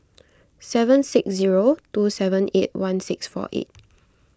seven six zero two seven eight one six four eight